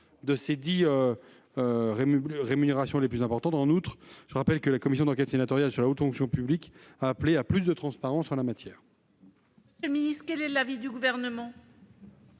de ces dix rémunérations. En outre, je le rappelle, la commission d'enquête sénatoriale sur la haute fonction publique a appelé à plus de transparence en la matière.